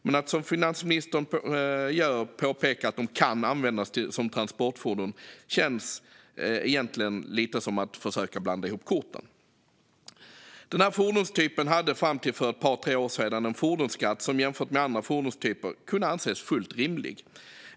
Men att som finansministern gör påpeka att de kan användas som transportfordon känns lite som att försöka blanda ihop korten. Den här fordonstypen hade fram till för ett par tre år sedan en fordonsskatt som jämfört med andra fordonstyper kunde anses som fullt rimlig.